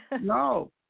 No